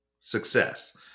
success